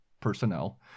personnel